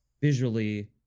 visually